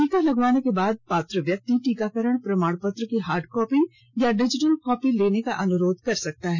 टीका लगवाने के बाद पात्र व्यक्ति टीकाकरण प्रमाणपत्र की हार्ड कॉपी या डिजिटल कॉपी लेने का अनुरोध कर सकते हैं